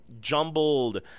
jumbled